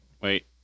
wait